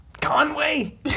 Conway